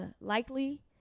Likely